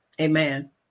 Amen